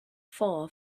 far